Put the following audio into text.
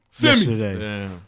yesterday